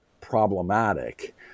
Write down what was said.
problematic